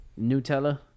Nutella